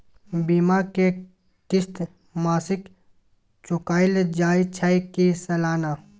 बीमा के किस्त मासिक चुकायल जाए छै की सालाना?